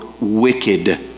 wicked